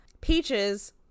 Peaches